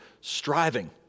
striving